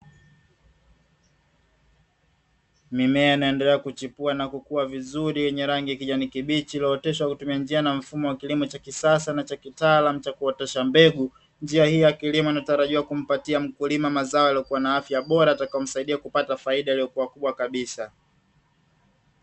Mimea inaendelea kuchipua na kukua vizuri yenye rangi kijani kibichi iliyotoshwa kutumia njia na mfumo wa kilimo cha kisasa na cha kitaalamu cha kuotesha mbegu. Njia hii ya kilimo inatarajiwa kumpatia mkulima mazao yaliyokuwa na afya bora itakayomsaidia kupata faida iliyokuwa kubwa kabisa.